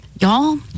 Y'all